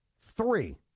Three